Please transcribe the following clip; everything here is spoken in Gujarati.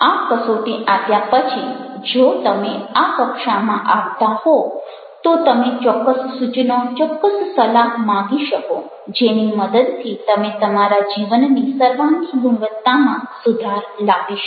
આ કસોટી આપ્યા પછી જો તમે આ કક્ષામાં આવતા હો તો તમે ચોક્કસ સૂચનો ચોક્કસ સલાહ માંગી શકો જેની મદદથી તમે તમારા જીવનની સર્વાંગી ગુણવત્તામાં સુધાર લાવી શકો